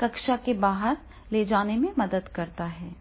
कक्षा के बाहर और बाहर ले जाने में मदद करता है